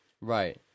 Right